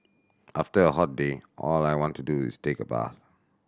after a hot day all I want to do is take a bath